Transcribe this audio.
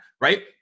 right